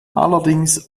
allerdings